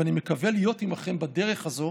ואני מקווה להיות עימכם בדרך הזו